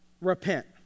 repent